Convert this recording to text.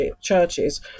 churches